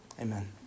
Amen